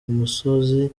musozi